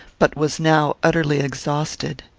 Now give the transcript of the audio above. but was now utterly exhausted.